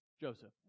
Joseph